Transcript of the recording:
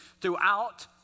throughout